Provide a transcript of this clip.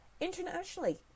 internationally